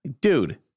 Dude